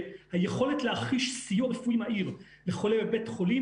והיכולת להחיש סיוע רפואי מהיר לחולה בבית חולים,